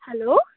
hello